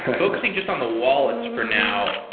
focusing just on the wallets for now,